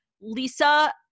Lisa